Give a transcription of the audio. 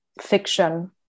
fiction